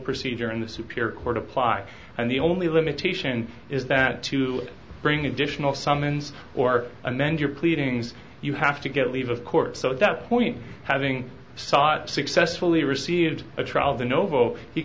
procedure in the superior court apply and the only limitation is that to bring additional summons or amend your pleadings you have to get leave of court so at that point having sought successfully received a trial the